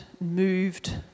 moved